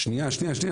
שנייה, שנייה.